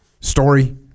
Story